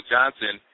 Johnson